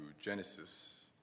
Genesis